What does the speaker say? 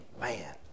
Man